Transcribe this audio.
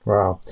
Wow